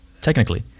technically